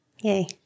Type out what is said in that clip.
Yay